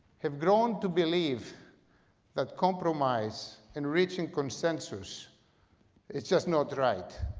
have grown to believe that compromise and reaching consensus it's just not right.